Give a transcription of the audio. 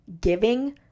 giving